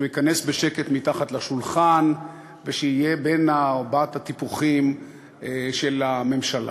שהוא ייכנס בשקט מתחת לשולחן ושיהיה בן הטיפוחים של הממשלה.